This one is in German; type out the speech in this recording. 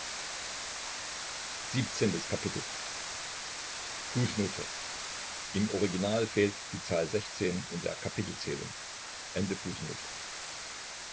im original fehlt die zahl xvi in der